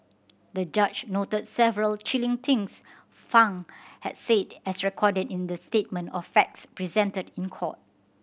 the judge noted several chilling things Fang had said as recorded in the statement of facts presented in court